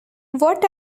what